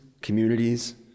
communities